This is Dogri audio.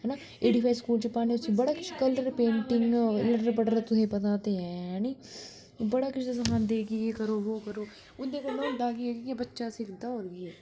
है ना ए डी फाई स्कूल च पाने उसी बड़ा केश उसी बड़ा कलर पेंटिंग लटर पटर तोहेंई पता ते हैनी बड़ा केश सखांदे कि एह् करो वो करो उं'दे कोल होंदा केह् ऐ कि बच्चा सिखदा होर केह् ऐ